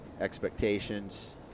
expectations